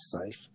safe